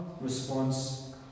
response